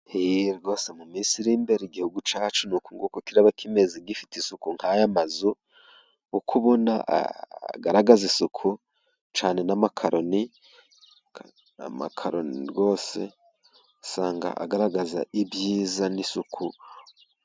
Mu minsi iri imbere igihugu cyacu ni ukunguku kiraba kimeze gifite isuku nk'aya mazu, uko ubona amze, agaragaza isuku cyane n'amakaroni, amakaroni rwose usanga agaragaza ibyiza n'isuku.